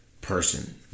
person